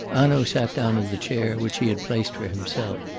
hanaud sat down in the chair which he had placed for himself.